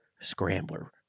scrambler